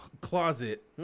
closet